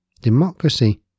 Democracy